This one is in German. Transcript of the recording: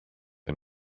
ein